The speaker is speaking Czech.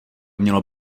mělo